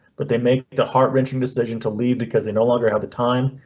but they make the heart wrenching decision to leave because they no longer have the time,